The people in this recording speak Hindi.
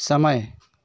समय